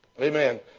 amen